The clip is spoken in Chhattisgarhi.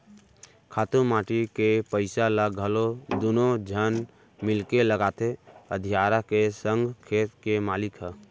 खातू माटी के पइसा ल घलौ दुनों झन मिलके लगाथें अधियारा के संग खेत के मालिक ह